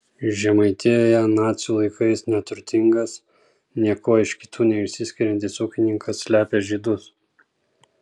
žemaitijoje nacių laikais neturtingas niekuo iš kitų neišsiskiriantis ūkininkas slepia žydus